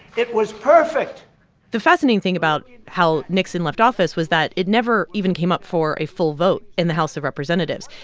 it was perfect the fascinating thing about how nixon left office was that it never even came up for a full vote in the house of representatives.